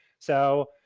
so,